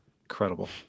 incredible